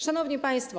Szanowni Państwo!